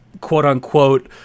quote-unquote